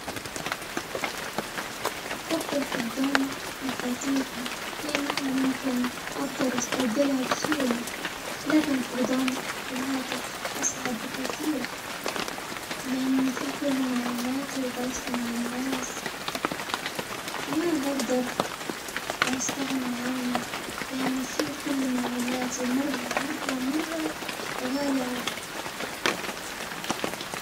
بفضل فقدان مفاتيحي لإنه يمكن أقدر أستبدلها بسهولة، لكن فقدان الهاتف أصعب بكثير، لإن في كل معلوماتي وتواصل مع الناس، ما بقدر عنه، لأنه في كل معلوماتي مرة- مرة غالي علي.